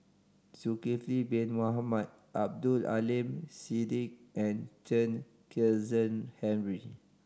Zulkifli Bin Mohamed Abdul Aleem Siddique and Chen Kezhan Henri